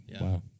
Wow